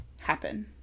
happen